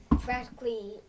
practically